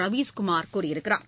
ரவீஸ் குமார் கூறியிருக்கிறார்